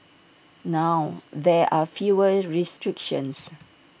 now there are fewer restrictions